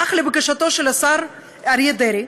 אך לבקשתו של דרעי,